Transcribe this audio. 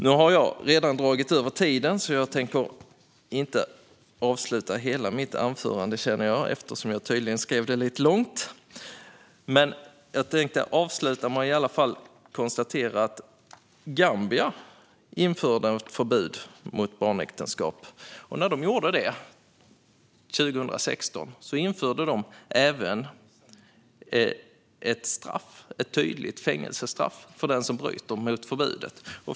Jag har redan dragit över tiden och tänker avsluta mitt anförande med att konstatera att Gambia införde förbud mot barnäktenskap 2016. När de gjorde det införde de även ett straff, ett tydligt fängelsestraff, för den som bryter mot förbudet.